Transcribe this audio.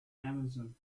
amazon